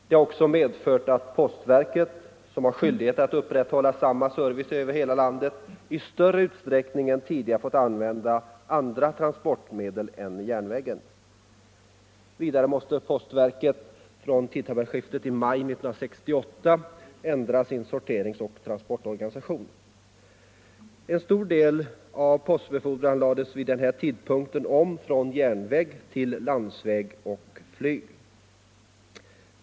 Det har också medfört att postverket, som har skyldighet att upprätthålla samma service över hela landet, i större utsträckning än tidigare fått använda andra transportmedel än järnvägen. Vidare måste postverket från tidtabellskiftet i maj 1968 ändra sin sorterings-och transportorganisation. En stor del av postbefordran lades vid denna tidpunkt om från järnväg till landsväg och flyg.